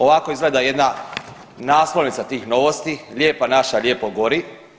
Ovako izgleda jedna naslovnica tih novosti, lijepa naša lijepo gori.